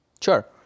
Sure